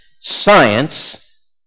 science